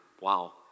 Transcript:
Wow